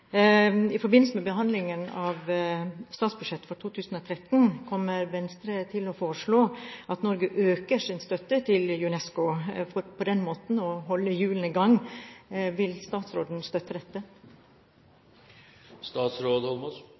I forbindelse med behandlingen av statsbudsjettet for 2013 kommer Venstre til å foreslå at Norge øker sin støtte til UNESCO, for på den måten å holde hjulene i gang. Vil statsråden støtte dette?